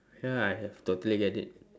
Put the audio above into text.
ya I have totally get it